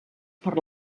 per